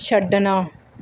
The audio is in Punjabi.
ਛੱਡਣਾ